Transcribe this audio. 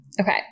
Okay